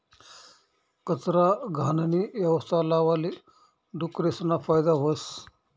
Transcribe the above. कचरा, घाणनी यवस्था लावाले डुकरेसना फायदा व्हस